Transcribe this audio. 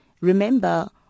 remember